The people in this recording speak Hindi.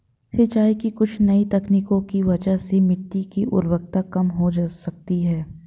सिंचाई की कुछ नई तकनीकों की वजह से मिट्टी की उर्वरता कम हो सकती है